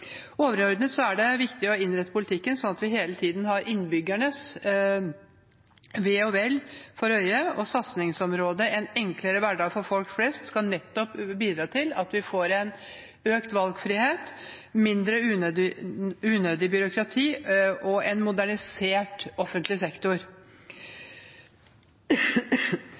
Overordnet er det viktig å innrette politikken slik at vi hele tiden har innbyggernes ve og vel for øye. Satsingsområdet «En enklere hverdag for folk flest» skal bidra til at vi får økt valgfrihet, mindre unødig byråkrati og en modernisert offentlig sektor.